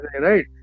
right